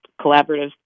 collaborative